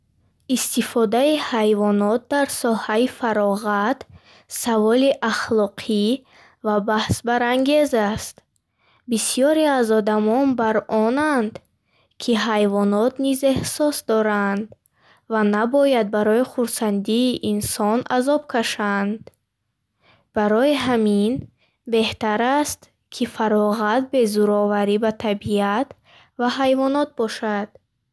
Истифодаи ҳайвонот дар соҳаи фароғат саволи ахлоқӣ ва баҳсбарангез аст. Бисёре аз одамон бар онанд, ки ҳайвонот низ эҳсос доранд ва набояд барои хурсандии инсон азоб кашанд. Барои ҳамин, беҳтар аст, ки фароғат бе зӯроварӣ ба табиат ва ҳайвонот бошад.